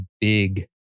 big